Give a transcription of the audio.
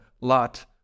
lot